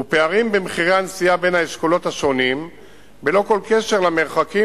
הוא פערים במחירי הנסיעה בין האשכולות השונים בלא כל קשר למרחקים